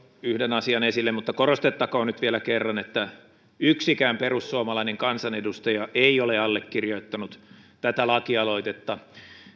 yhden asian esille mutta korostettakoon nyt vielä kerran että yksikään perussuomalainen kansanedustaja ei ole allekirjoittanut tätä lakialoitetta